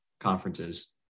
conferences